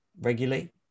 regularly